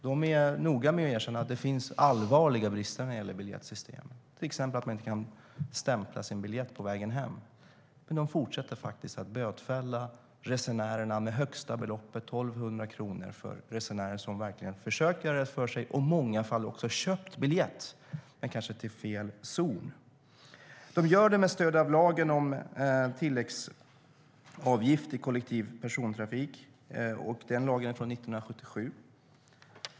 De är noga med att erkänna att det finns allvarliga brister i biljettsystemen, till exempel att människor inte kan stämpla sin biljett på vägen hem. Men de fortsätter att bötfälla resenärerna med högsta beloppet 1 200 kronor för resenärer som verkligen försökt att göra rätt för sig och i många fall också köpt biljett men kanske till fel zon. De gör det med stöd av lagen om tilläggsavgift i kollektiv persontrafik. Den lagen är från 1977.